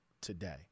today